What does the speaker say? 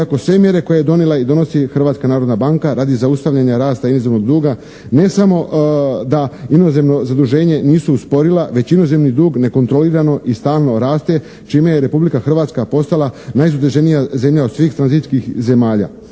iako sve mjere koje je donijela i donosi Hrvatska narodna banka radi zaustavljanja rasta inozemnog duga. Ne samo da inozemno zaduženje nisu usporila već inozemni dug nekontrolirano i stalno raste čime je Republika Hrvatska postala najzaduženija zemlja od svih tranzicijskih zemalja.